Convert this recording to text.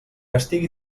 estigui